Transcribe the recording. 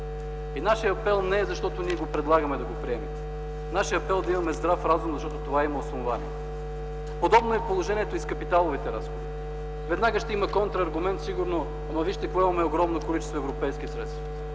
И нашият апел не е, защото ние го предлагаме, и вие да го приемете. Нашият апел е да имаме здрав разум, защото това има основание. Подобно е положението и с капиталовите разходи. Веднага ще има контрааргумент сигурно: „Ама, вижте имаме огромно количество европейски средства”.